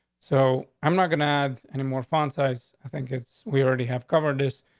so i'm not gonna add in a more fun sized. i think it's we already have covered this,